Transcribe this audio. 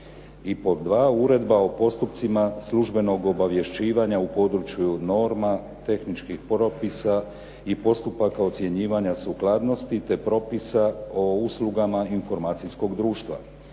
I pod dva, uredba o postupcima službenog obavješćivanja u području norma, tehničkih propisa i postupaka ocjenjivanja sukladnosti, te propisa o uslugama informacijskog društva.